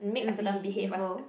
to be evil